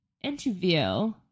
interview